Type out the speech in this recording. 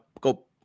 Go